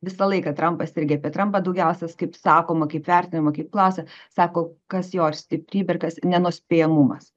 visą laiką trampas irgi apie trampą daugiausias kaip sakoma kaip vertinama kaip klausia sako kas jo ar stiprybė ir kas nenuspėjamumas